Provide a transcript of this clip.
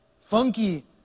Funky